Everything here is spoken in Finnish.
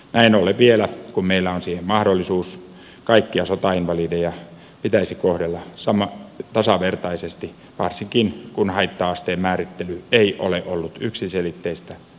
näin ollen kun meillä on vielä siihen mahdollisuus kaikkia sotainvalideja pitäisi kohdella tasavertaisesti varsinkin kun haitta asteen määrittely ei ole ollut yksiselitteistä